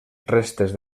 restes